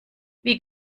wie